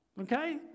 okay